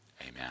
Amen